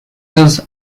use